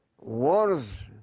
wars